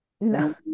No